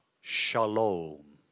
Shalom